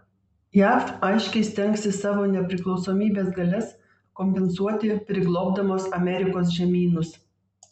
jav aiškiai stengsis savo nepriklausomybės galias kompensuoti priglobdamos amerikos žemynus